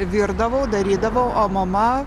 virdavau darydavau o mama